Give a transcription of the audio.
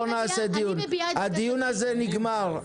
הדיון הכללי הזה נגמר.